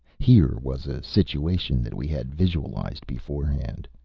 here was a situation that we had visualized beforehand.